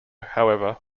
however